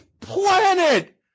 planet